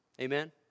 Amen